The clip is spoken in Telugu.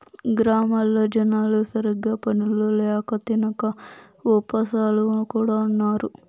గ్రామాల్లో జనాలు సరిగ్గా పనులు ల్యాక తినక ఉపాసాలు కూడా ఉన్నారు